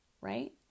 right